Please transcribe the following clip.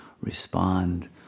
respond